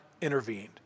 intervened